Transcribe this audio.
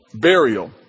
burial